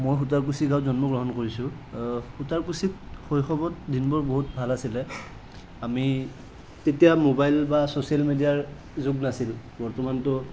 মই সূতাৰকুছী গাওঁত জন্মগ্ৰহণ কৰিছোঁ সূতাৰকুছীত শৈশৱত দিনবোৰ খুব ভাল আছিলে আমি তেতিয়া মোবাইল বা চ'ছিয়েল মিডিয়াৰ যুগ নাছিল বৰ্তমান ত